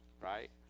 right